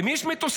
למי יש מטוסים?